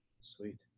Sweet